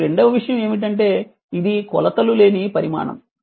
మరియు రెండవ విషయం ఏమిటంటే ఇది కొలతలు లేని పరిమాణం